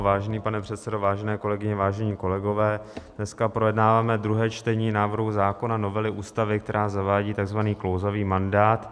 Vážený pane předsedo, vážené kolegyně, vážení kolegové, dneska projednáváme druhé čtení návrhu zákona novely ústavy, která zavádí takzvaný klouzavý mandát.